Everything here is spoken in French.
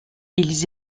ils